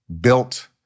built